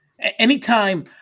Anytime